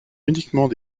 uniquement